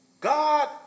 God